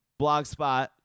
Blogspot